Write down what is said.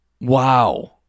Wow